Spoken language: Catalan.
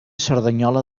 cerdanyola